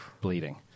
bleeding